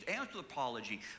anthropology